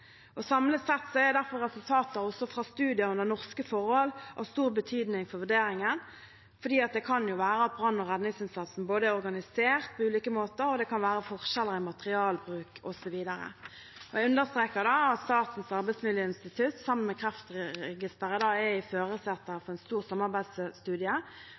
Samlet sett er derfor resultater også fra studier under norske forhold av stor betydning for vurderingen, for det kan være at brann- og redningsinnsatsen er organisert på ulike måter, og det kan være forskjeller i materialbruk osv. Jeg understreker da at Statens arbeidsmiljøinstitutt sammen med Kreftregisteret er i førersetet for en stor samarbeidsstudie,